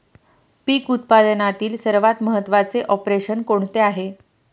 पीक उत्पादनातील सर्वात महत्त्वाचे ऑपरेशन कोणते आहे?